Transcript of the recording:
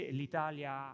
l'italia